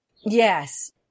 Yes